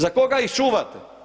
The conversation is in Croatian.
Za koga ih čuvate?